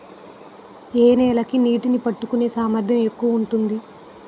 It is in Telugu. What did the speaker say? ఏ నేల కి నీటినీ పట్టుకునే సామర్థ్యం ఎక్కువ ఉంటుంది?